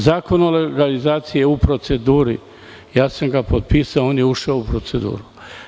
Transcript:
Zakon o legalizaciji je u proceduri, potpisao sam ga i on je ušao u proceduru.